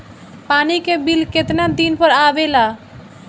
पानी के बिल केतना दिन पर आबे ला?